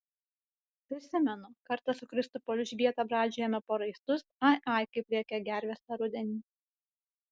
prisimenu kartą su kristupo elžbieta braidžiojome po raistus ai ai kaip rėkė gervės tą rudenį